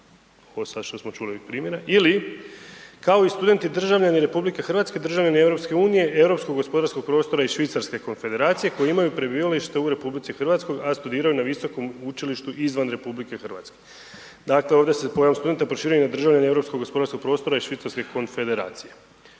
sad što smo čuli primjera ili kao i studenti državljani RH, državljani EU, Europskog gospodarskog prostora i Švicarske Konfederacije koji imaju prebivalište u RH, a studiraju na visokom učilištu izvan RH. Dakle, ovdje se pojam studenta proširuje i na državljane Europskog gospodarskog prostora i Švicarske Konfederacije,